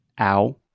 Ow